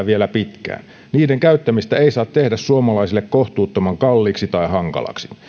vielä pitkään niiden käyttämistä ei saa tehdä suomalaisille kohtuuttoman kalliiksi tai hankalaksi